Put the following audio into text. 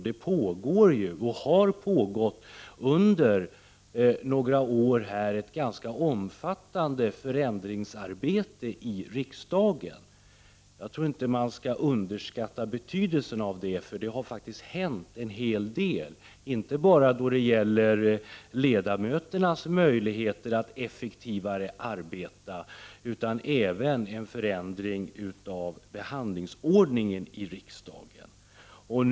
Det pågår ju sedan några år ett ganska omfattande förändringsarbete i riksdagen. Jag tror inte att man skall underskatta betydelsen av detta, eftersom det har hänt en hel del, inte enbart då det gäller ledamöternas möjligheter att arbeta effektivare utan även då det gäller en förändring av behandlingsordningen i riksdagen.